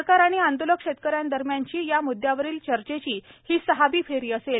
सरकार आणि आंदोलक शेतकऱ्यांदरम्यानची या म्द्यावरील चर्चेची ही सहावी फेरी असेल